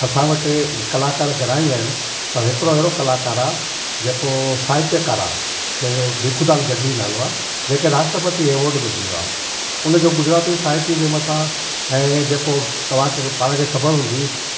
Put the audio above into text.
असां वटि कलाकार घणेई आहिनि पर हिकिड़ो अहिड़ो कलाकार आहे जेको साहित्यकार आहे जंहिंजो भिखुदान गढ़वी नालो आहे जंहिंखे राष्ट्रपति एवॉड बि मिलियो आहे हुनजो गुजराती साहित्य जे मथां ऐं जेको तव्हांखे पाण खे ख़बर हूंदी